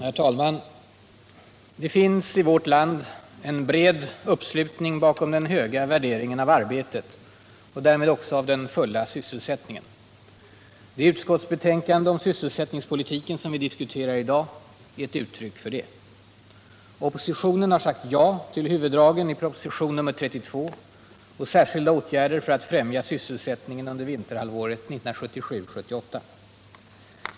Herr talman! Det finns i vårt land en bred uppslutning bakom den höga värderingen av arbetet och därmed också av den fulla sysselsättningen. Det utskottsbetänkande om sysselsättningspolitiken som vi diskuterar i dag är ett uttryck för det. Oppositionen har sagt ja till huvuddragen i proposition nr 32 och särskilda åtgärder för att främja sysselsättningen under vinterhalvåret 1977/78.